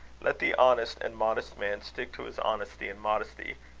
let the honest and modest man stick to his honesty and modesty,